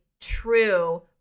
true